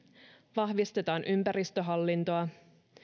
vahvistetaan ympäristöhallintoa